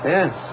Yes